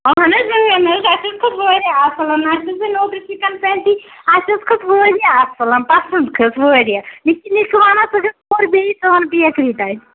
اَہَن حظ اۭں نہ حظ اَسہِ حظ کھوٚت واریاہ اَصٕل اَسہِ حظ گٔے چِکَن پیٹی اَسہِ حظ کھٔژ واریاہ اَصٕل پَسنٛد کھٔژ واریاہ مےٚ چھُ نِکہٕ وَنان ژٕ گژھ ژٕ اَن بیکری تَتہِ